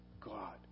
God